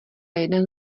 jeden